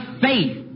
faith